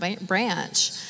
branch